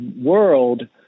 world